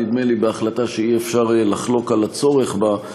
נדמה לי בהחלטה שאי-אפשר לחלוק על הצורך בה,